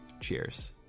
cheers